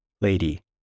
Lady